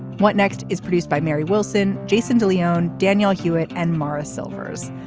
what next is produced by mary wilson jason de leon daniel hewett and maurice silvers.